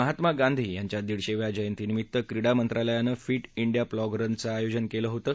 महात्मा गांधी यांच्या दीडशेव्या जयंती निमित्त क्रीडा मंत्रालयानं फीट डिया प्लॉग रन चं आयोजन केलं होतं